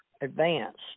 advanced